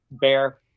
Bear